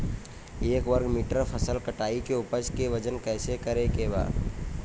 एक वर्ग मीटर फसल कटाई के उपज के वजन कैसे करे के बा?